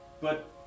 But-